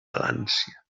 palància